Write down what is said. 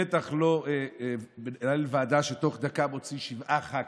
בטח לא מנהל ועדה שתוך דקה מוציא שבעה ח"כים.